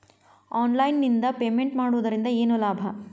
Online ನಿಂದ payment ಮಾಡುವುದರಿಂದ ಏನು ಲಾಭ?